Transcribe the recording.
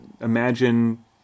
imagine